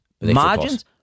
margins